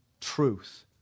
truth